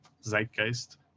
zeitgeist